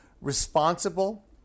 responsible